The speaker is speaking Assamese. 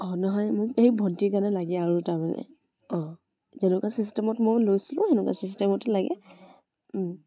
অ' নহয় মোক এই ভণ্টীৰ কাৰণে লাগে আৰু এটা তাৰমানে অ' যেনেকুৱা চিষ্টেমত মই লৈছিলোঁ সেনেকুৱা চিষ্টেমতে লাগে